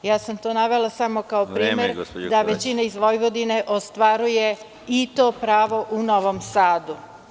Ja sam to navela samo kao primer da većina iz Vojvodine ostvaruje i to pravo u Novom Sadu.